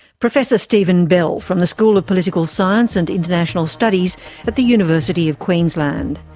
professor stephen bell from the school of political science and international studies at the university of queensland.